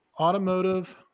automotive